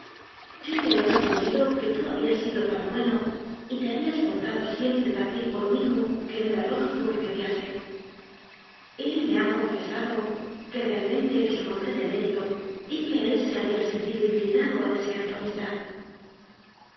yo le he respondido que tú habías sido tan bueno y te habías portado siempre tan bien conmigo que no era lógico que te odiase el me ha confesado que realmente eres un hombre de mérito y que él se había sentido inclinado a desear tu amistad